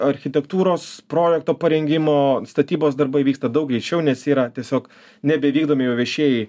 architektūros projekto parengimo statybos darbai vyksta daug greičiau nes yra tiesiog nebevykdomi jau viešieji